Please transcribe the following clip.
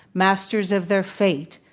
masters of their fate,